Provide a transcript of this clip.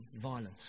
violence